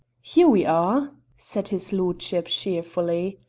here we are, said his lordship cheerfully.